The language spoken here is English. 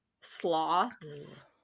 sloths